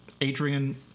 Adrian